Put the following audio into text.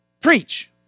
preach